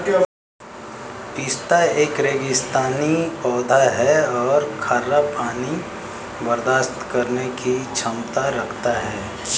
पिस्ता एक रेगिस्तानी पौधा है और खारा पानी बर्दाश्त करने की क्षमता रखता है